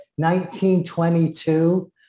1922